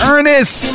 Ernest